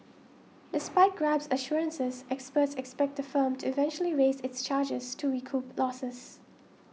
despite Grab's assurances experts expect the firm to eventually raise its charges to recoup losses